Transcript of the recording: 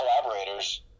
collaborators